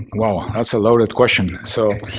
well, that's a loaded question. so,